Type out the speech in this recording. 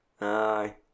Aye